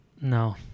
no